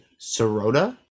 Sirota